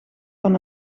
van